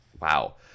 wow